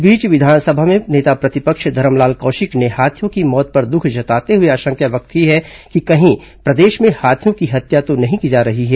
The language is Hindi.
इस बीच विधानसभा में नेता प्रतिपक्ष धरमलाल कौशिक ने हाथियों की मौत पर दुख जताते हुए आशंका व्यक्त की है कि कहीं प्रदेश में हाथियों की हत्या तो नहीं की जा रही है